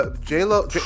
J.Lo